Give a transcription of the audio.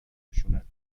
خشونت